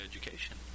education